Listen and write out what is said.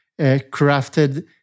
crafted